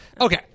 Okay